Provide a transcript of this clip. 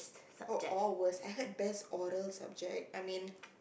oh oh worse I heard best order subject I mean